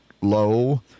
low